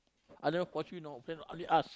I never force you know friend only ask